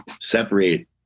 separate